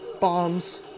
Bombs